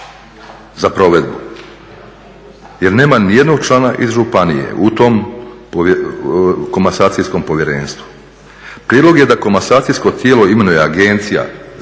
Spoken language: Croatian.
za provedbu jer nema ni jednog člana iz županije u tom komasacijskom povjerenstvu. Prijedlog je da komasacijsko tijelo imenuje Agencija za